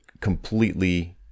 completely